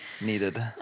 Needed